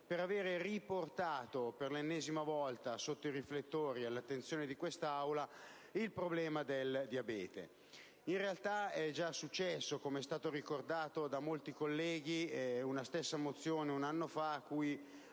per aver riportato per l'ennesima volta sotto i riflettori e all'attenzione di quest'Aula il problema del diabete. In realtà è già successo, com'è stato ricordato da molti colleghi. Mi riferisco sempre ad una mozione di